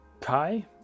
Kai